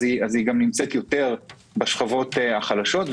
היא נמצאת יותר בשכבות החלשות.